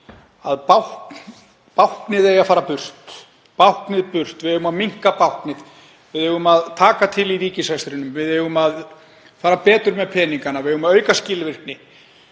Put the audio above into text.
að báknið eigi að fara burt, báknið burt. Við eigum að minnka báknið, við eigum að taka til í ríkisrekstrinum, við eigum að fara betur með peningana og við eigum að auka skilvirkni.